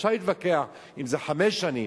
אפשר להתווכח אם בחמש שנים,